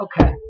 Okay